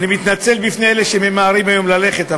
אני מתנצל בפני אלה שממהרים היום ורוצים ללכת,